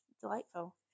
delightful